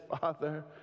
Father